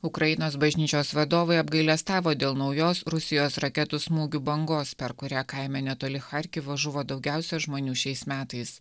ukrainos bažnyčios vadovai apgailestavo dėl naujos rusijos raketų smūgių bangos per kurią kaime netoli charkivo žuvo daugiausia žmonių šiais metais